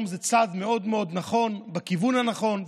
זה צעד מאוד מאוד נכון בכיוון הנכון.